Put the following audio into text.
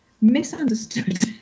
misunderstood